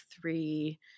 three